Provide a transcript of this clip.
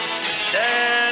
Stand